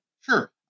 Sure